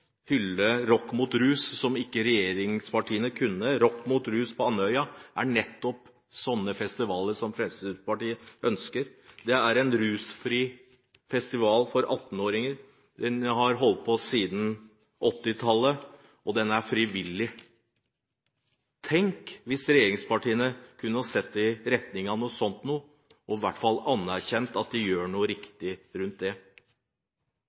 hylle Rock Mot Rus, som regjeringspartiene ikke kunne. Rock Mot Rus på Andøya er nettopp en sånn festival som Fremskrittspartiet ønsker. Det er en rusfri festival for 18-åringer. Den har vært arrangert siden 1980-tallet, og den er frivillig. Tenk hvis regjeringspartiene kunne ha sett i retning av noe sånt, og i hvert fall anerkjent at de gjør noe riktig rundt det.